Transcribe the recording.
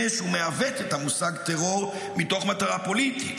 ומעוות את המושג טרור מתוך מטרה פוליטית,